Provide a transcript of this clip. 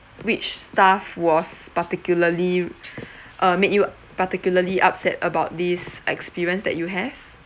which staff was particularly uh make you particularly upset about this experience that you have